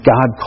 God